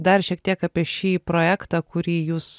dar šiek tiek apie šį projektą kurį jūs